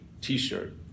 t-shirt